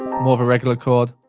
more of a regular chord,